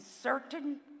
certain